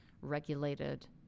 regulated